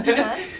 (uh huh)